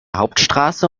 hauptstraße